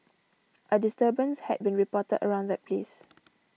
a disturbance had been reported around that place